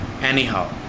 anyhow